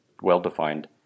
well-defined